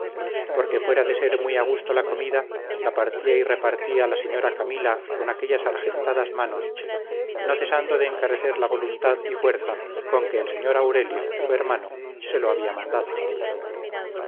porque fuera de ser muy a gusto la comida la partía y repartía la señora camila con aquellas argentadas manos no cesando de encarecer la voluntad y fuerza con que el señor aurelio su hermano se lo había mandado